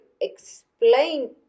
explain